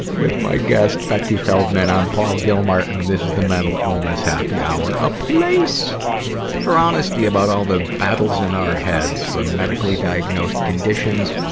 with my guest, becky feldman. i'm paul gilmartin. this is the mental illness happy hour a place for honesty about all the battles in our heads, from medically-diagnosed conditions,